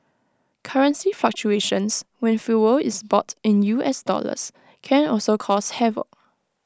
currency fluctuations when fuel is bought in U S dollars can also cause havoc